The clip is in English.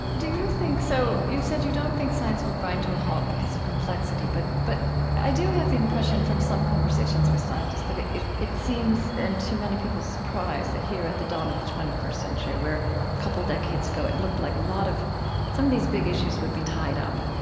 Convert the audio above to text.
do you think so you've said you don't think science will grind to a halt because of complexity but but i do have the impression from some conversations with scientists that it it it seems, and to many people's surprise, here at the dawn of the twenty first century where a couple decades ago it looked like a lot of some of these big issues would be tied up.